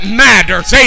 matters